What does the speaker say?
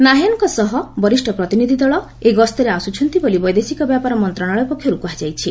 ନାହ୍ୟାନ୍ଙ୍କ ସହ ବରିଷ୍ଠ ପ୍ରତିନିଧ୍ୟ ଦଳ ଏହି ଗସ୍ତରେ ଆସ୍କଚ୍ଚନ୍ତି ବୋଲି ବୈଦେଶିକ ବ୍ୟାପାର ମନ୍ତ୍ରଣାଳୟ ପକ୍ଷର୍ କୁହାଯାଇଛି